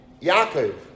Yaakov